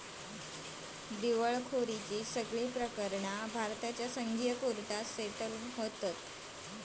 दिवळखोरीची सगळी प्रकरणा भारताच्या संघीय कोर्टात सेटल करतत